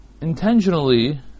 intentionally